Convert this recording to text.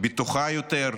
בטוחה יותר?